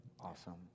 Awesome